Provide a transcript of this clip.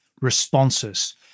responses